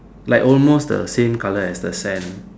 like almost the same color as the sand